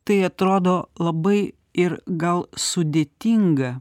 tai atrodo labai ir gal sudėtinga